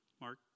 Mark